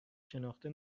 شناخته